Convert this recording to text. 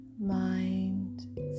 mind